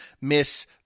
miss